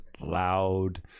loud